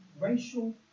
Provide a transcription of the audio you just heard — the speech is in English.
racial